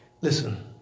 Listen